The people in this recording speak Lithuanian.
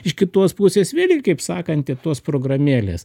iš kitos pusės vėlgi kaip sakant ir tos programėlės